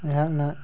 ꯑꯩꯍꯥꯛꯅ